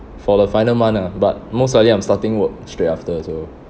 for the final month ah but most likely I'm starting work straight after so